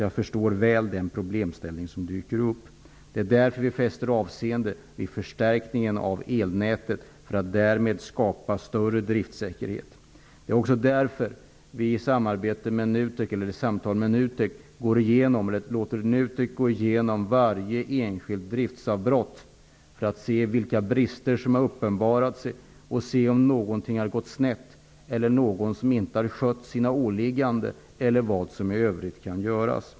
Jag förstår den problemställning som dyker upp. Därför fäster vi avseende vid förstärkningen av elnätet. Därmed skapas större driftsäkerhet. Det är också därför vi låter NUTEK gå igenom varje enskilt driftavbrott. På så sätt får vi reda på vilka brister som har uppenbarat sig, om någonting har gått snett, om någon inte har skött sina åliggande och vad som i övrigt kan göras.